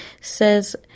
says